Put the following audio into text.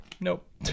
nope